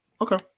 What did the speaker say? Okay